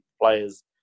players